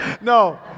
No